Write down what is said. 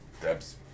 Deb's